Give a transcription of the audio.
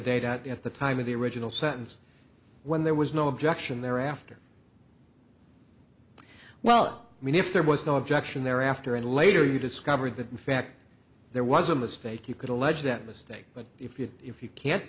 out at the time of the original sentence when there was no objection thereafter well i mean if there was no objection thereafter and later you discovered that in fact there was a mistake you could allege that mistake but if you if you can't